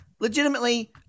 legitimately